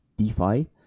DeFi